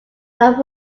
that